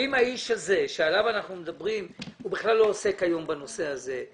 אם האיש הזה שעליו אנחנו מדברים הוא בכלל לא עוסק היום בנושא הזה,